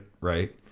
Right